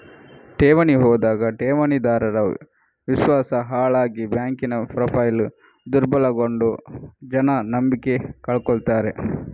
ಠೇವಣಿ ಹೋದಾಗ ಠೇವಣಿದಾರರ ವಿಶ್ವಾಸ ಹಾಳಾಗಿ ಬ್ಯಾಂಕಿನ ಪ್ರೊಫೈಲು ದುರ್ಬಲಗೊಂಡು ಜನ ನಂಬಿಕೆ ಕಳ್ಕೊತಾರೆ